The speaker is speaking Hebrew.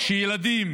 שילדים